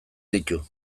ditu